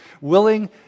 willing